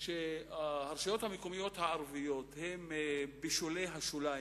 שהרשויות המקומיות הערביות הן בשולי השוליים,